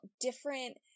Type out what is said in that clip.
different